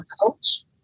coach